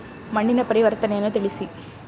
ಮಣ್ಣಿನ ಪರಿವರ್ತನೆಯನ್ನು ತಿಳಿಸಿ?